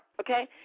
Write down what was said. Okay